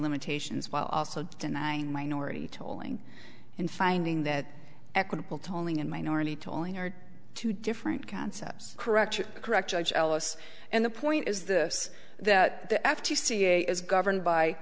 limitations while also denying minority tolling in finding that equitable tolling and minority tolling are two different concepts correct correct judge ellis and the point is this that the f t c a is governed by